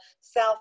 south